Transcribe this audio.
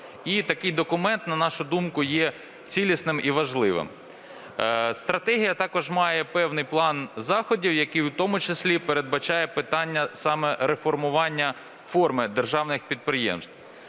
І такий документ, на нашу думку, є цілісним і важливим. Стратегія також має певний план заходів, який у тому числі передбачає питання саме реформування форми державних підприємств.